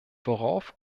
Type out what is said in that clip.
worauf